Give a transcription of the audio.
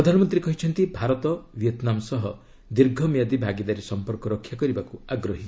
ପ୍ରଧାନମନ୍ତ୍ରୀ କହିଛନ୍ତି ଭାରତ' ଭିଏତନାମ ସହ ଦୀର୍ଘମିଆଦୀ ଭାଗିଦାରୀ ସମ୍ପର୍କ ରକ୍ଷା କରିବାକୁ ଆଗ୍ରହୀ